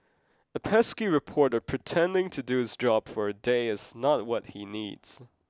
a pesky reporter pretending to do his job for a day is not what he needs